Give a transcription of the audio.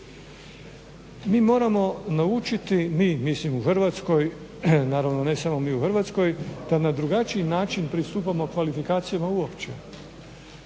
Mi moramo naučiti, mi mislim u Hrvatskoj, naravno ne samo mi u Hrvatskoj, da na drugačiji način pristupamo kvalifikacijama uopće.